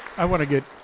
i want to get,